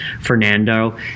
Fernando